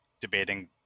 debating